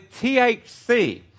THC